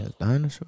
dinosaur